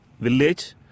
village